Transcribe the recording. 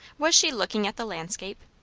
was she looking at the landscape?